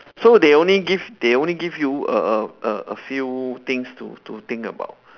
so they only give they only give you a a a a few things to to think about